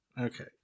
Okay